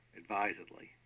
advisedly